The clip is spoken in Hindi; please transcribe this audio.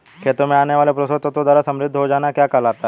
खेतों में आने वाले पोषक तत्वों द्वारा समृद्धि हो जाना क्या कहलाता है?